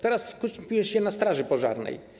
Teraz skupię się na straży pożarnej.